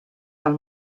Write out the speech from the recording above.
del